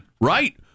right